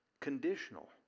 conditional